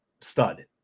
stud